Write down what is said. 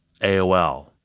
AOL